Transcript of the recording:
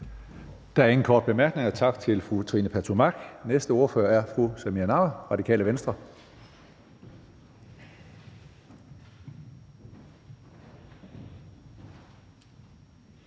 Der er ingen korte bemærkninger. Tak til fru Trine Pertou Mach. Næste ordfører er fru Samira Nawa, Radikale Venstre.